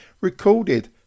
recorded